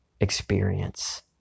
experience